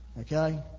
Okay